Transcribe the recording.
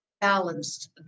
balanced